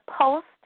post